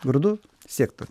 vardu siekta